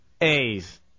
A's